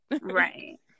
Right